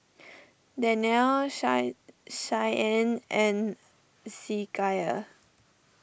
Danyel Shine Shianne and Hezekiah